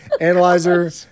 Analyzer